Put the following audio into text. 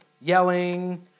yelling